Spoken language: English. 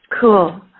Cool